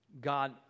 God